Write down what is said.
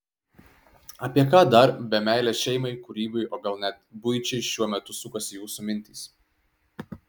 apie ką dar be meilės šeimai kūrybai o gal net buičiai šiuo metu sukasi jūsų mintys